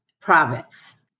province